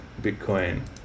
bitcoin